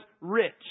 rich